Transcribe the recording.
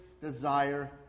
desire